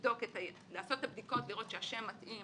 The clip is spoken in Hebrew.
לעשות את הבדיקות, לראות שהשם מתאים